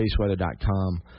spaceweather.com